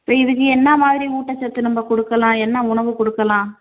இப்போ இதுக்கு என்ன மாதிரி ஊட்டச்சத்து நம்ம கொடுக்கலாம் என்ன உணவு கொடுக்கலாம்